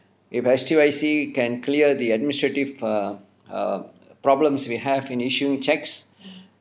if S_T_Y_C can clear the administrative err err problems we have in issuing cheques